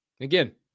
Again